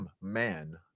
Man